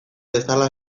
bezala